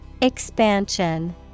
Expansion